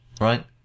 right